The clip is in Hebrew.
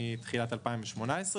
מתחילת 2018,